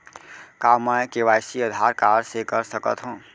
का मैं KYC Aadhaar card से कर सकत हो?